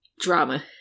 drama